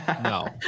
no